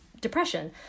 depression